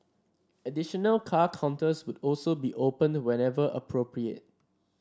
additional car counters would also be opened whenever appropriate